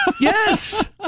Yes